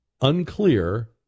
unclear